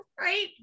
right